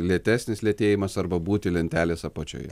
lėtesnis lėtėjimas arba būti lentelės apačioje